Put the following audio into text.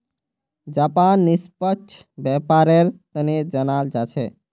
Japan निष्पक्ष व्यापारेर तने जानाल जा छेक